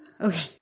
okay